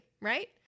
right